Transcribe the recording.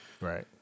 Right